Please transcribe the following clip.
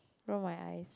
roll my eyes